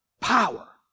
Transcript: Power